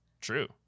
True